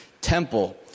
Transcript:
temple